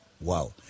Wow